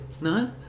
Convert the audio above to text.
No